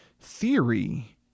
Theory